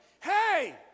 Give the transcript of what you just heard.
hey